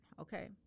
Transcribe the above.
Okay